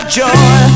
joy